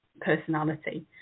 personality